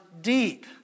deep